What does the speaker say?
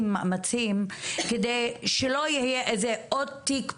מאמצים כדי שלא יהיה עוד איזה תיק פתוח.